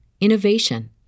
innovation